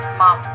mom